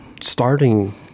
starting